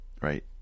right